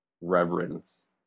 reverence